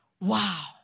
Wow